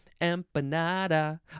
Empanada